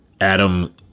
Adam